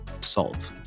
solve